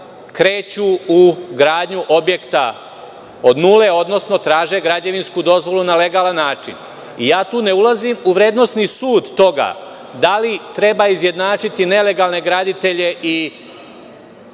kreću u gradnju objekta od nule, odnosno traže građevinsku dozvolu na legalan način. Ne ulazim u vrednosni sud toga da li treba izjednačiti nelegalne graditelje i